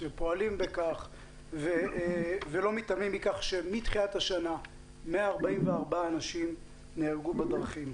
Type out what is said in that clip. שפועלים ולא מתעלמים מכך שמתחילת השנה 144 אנשים נהרגו בדרכים,